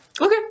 okay